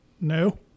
No